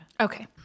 Okay